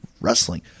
wrestling